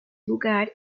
lugar